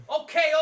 Okay